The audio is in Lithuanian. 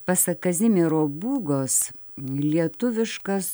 pasak kazimiero būgos lietuviškas